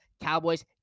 Cowboys